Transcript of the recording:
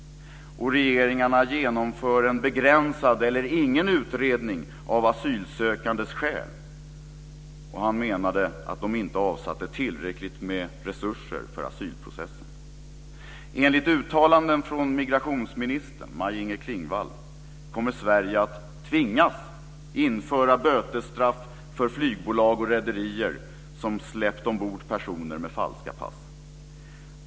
Regeringarna genomför en begränsad eller ingen utredning av asylsökandes skäl. Han menade att de inte avsätter tillräckligt med resurser för asylprocessen. Inger Klingvall kommer Sverige att tvingas införa bötesstraff för flygbolag och rederier som släppt ombord personer med falska pass.